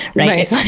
right?